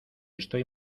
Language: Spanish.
estoy